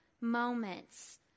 moments